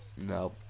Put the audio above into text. No